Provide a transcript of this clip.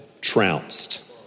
trounced